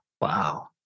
Wow